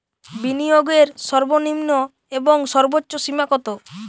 বিনিয়োগের সর্বনিম্ন এবং সর্বোচ্চ সীমা কত?